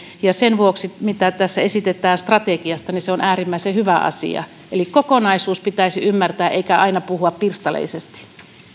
ja sen vuoksi se mitä tässä esitetään strategiasta on äärimmäisen hyvä asia eli kokonaisuus pitäisi ymmärtää eikä aina puhua pirstaleisesti